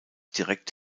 direkt